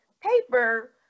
paper